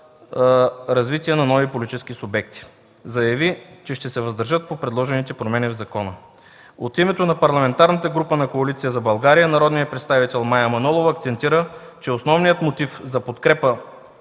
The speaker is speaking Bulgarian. на нови политически субекти. Заяви, че ще се въздържат по предложените промени в закона. От името на Парламентарната група на Коалиция за България, народният представител Мая Манолова акцентира, че основният мотив за подкрепа